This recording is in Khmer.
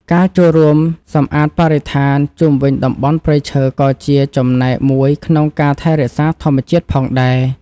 ការចូលរួមសម្អាតបរិស្ថានជុំវិញតំបន់ព្រៃឈើក៏ជាចំណែកមួយក្នុងការថែរក្សាធម្មជាតិផងដែរ។